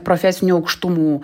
profesinių aukštumų